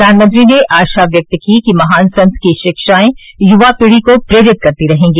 प्रधानमंत्री ने आशा व्यक्त की कि महान संत की शिक्षाएं युवा पीढ़ी को प्रेरित करती रहेंगी